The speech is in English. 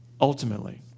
ultimately